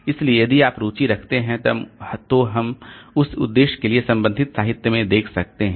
इसलिए यदि आप रुचि रखते हैं तो हम उस उद्देश्य के लिए संबंधित साहित्य में देख सकते हैं